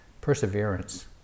perseverance